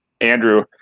Andrew